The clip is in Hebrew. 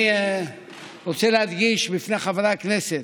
אני רוצה להדגיש בפני חברי הכנסת: